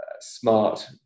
smart